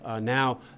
now